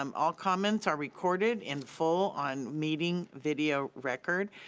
um all comments are recorded in full on meeting video record.